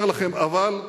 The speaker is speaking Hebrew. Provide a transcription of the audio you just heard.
אני אומר לכם, אבל,